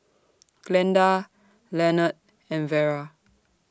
Glenda Lenord and Vara